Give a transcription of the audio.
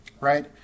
Right